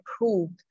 approved